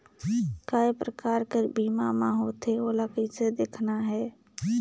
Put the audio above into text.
काय प्रकार कर बीमा मा होथे? ओला कइसे देखना है?